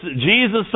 Jesus